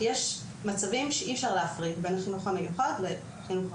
כי יש מצבים שאי אפשר להפריד בין החינוך המיוחד לחינוך הרגיל.